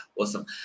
awesome